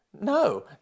No